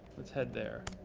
let's head there.